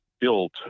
built